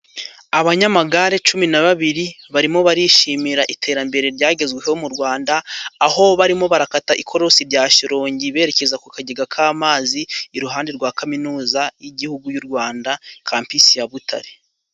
Abanyamagare cumi na babiri(12) barimo barishimira iterambere ryagezweho mu Rwanda, aho barimo barakata ikorosi bya Shyorongi berekeza ku kagega k'amazi, iruhande rwa Kaminuza y'Igihugu y'u Rwanda, Kampisi ya Butare.